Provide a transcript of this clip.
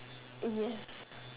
yes